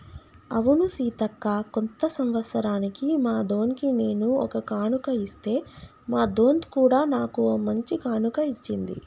అవును సీతక్క కొత్త సంవత్సరానికి మా దొన్కి నేను ఒక కానుక ఇస్తే మా దొంత్ కూడా నాకు ఓ మంచి కానుక ఇచ్చింది